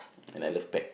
and I love pets